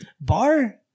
bar